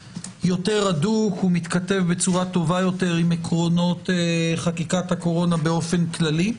הדוק ומתכתב בצורה טובה יותר עם עקרונות חקיקת הקורונה באופן כללי.